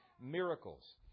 miracles